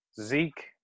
Zeke